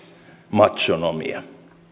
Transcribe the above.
machonomia